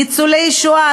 ניצולי שואה,